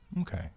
Okay